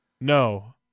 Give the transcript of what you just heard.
No